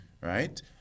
right